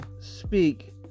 speak